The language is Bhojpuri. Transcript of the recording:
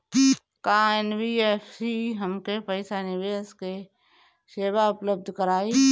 का एन.बी.एफ.सी हमके पईसा निवेश के सेवा उपलब्ध कराई?